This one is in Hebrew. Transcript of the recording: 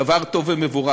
דבר טוב ומבורך.